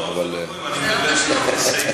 אבל, לא, זה לא כואב.